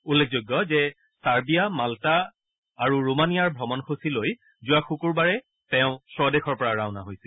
উল্লেখযোগ্য যে Serbia Malta ৰোমানিয়াৰ ভ্ৰমণসূচী লৈ যোৱা মঙলবাৰে স্বদেশৰ পৰা ৰাওণা হৈছিল